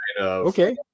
okay